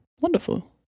Wonderful